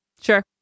Sure